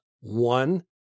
one